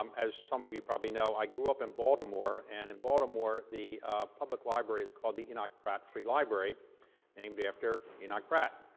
um as some of you probably know, i grow up in baltimore. and in baltimore, the public libraries called the enoch pratt free library named after enoch pratt.